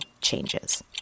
changes